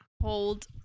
hold